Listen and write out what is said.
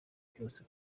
byose